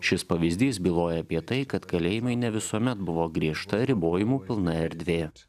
šis pavyzdys byloja apie tai kad kalėjimai ne visuomet buvo griežta ribojimų pilna erdvė